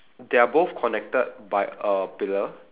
they are both connected by a pillar